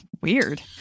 Weird